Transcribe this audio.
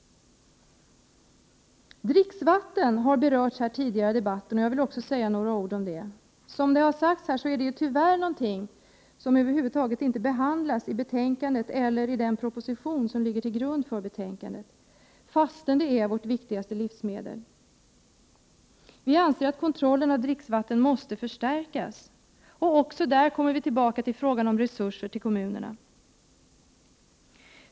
Dricksvattnet har berörts tidigare i debatten, och även jag vill säga några ord i den frågan. Dricksvatten är som sagt någonting som tyvärr över huvud taget inte behandlas i betänkandet eller i den proposition som ligger till grund för betänkandet, fastän dricksvattnet är vårt viktigaste livsmedel. Vi anser att kontrollen av dricksvattnet måste förstärkas. Också i det här fallet kommer vi tillbaka till frågan om resurser till kommunerna.